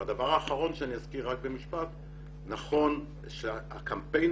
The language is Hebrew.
הדבר האחרון שאני אזכיר רק במשפט הוא לגבי הקמפיין